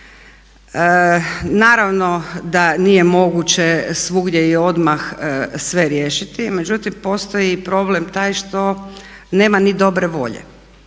Naravno da nije moguće svugdje i odmah sve riješiti. Međutim, postoji i problem taj što nema ni dobre volje